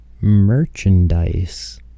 merchandise